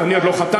אני עוד לא חתמתי,